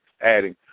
adding